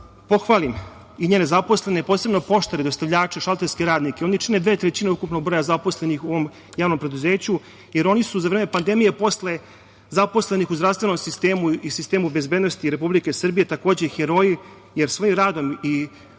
pohvalim i njene zaposlene, posebno poštare, dostavljače, šalterske radnike, oni čine dve trećine ukupnog broja zaposlenih u ovom javnom preduzeću, jer oni su za vreme pandemije, posle zaposlenih u zdravstvenom sistemu i sistemu bezbednosti Republike Srbije, takođe i heroji, jer svojim radom i